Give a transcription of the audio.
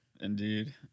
indeed